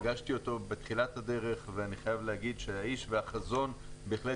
אבל פגשתי אותו בתחילת הדרך ואני חייב להגיד שהאיש והחזון בהחלט